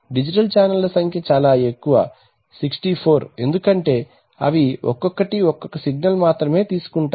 digital ఛానెళ్ల సంఖ్య చాలా ఎక్కువ 64 ఎందుకంటే అవి ఒక్కొక్కటి ఒక్క సిగ్నల్ మాత్రమే తీసుకుంటాయి